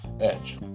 Edge